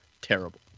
Terrible